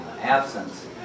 absence